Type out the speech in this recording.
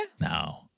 No